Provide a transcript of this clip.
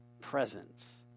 presence